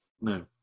No